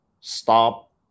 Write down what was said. stop